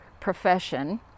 profession